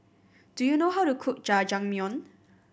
do you know how to cook Jajangmyeon